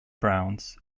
browns